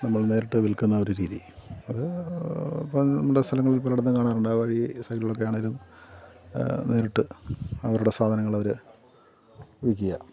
നമ്മൾ നേരിട്ട് വിൽക്കുന്ന ഒരു രീതി അത് ഇപ്പം നമ്മുടെ സ്ഥലങ്ങളിൽ പല യിടത്തും കാണാറുണ്ട് വഴി സൈഡിലൊക്കെ ആണെങ്കിലും നേരിട്ട് അവരുടെ സാധനങ്ങൾ അവർ വിൽക്കുക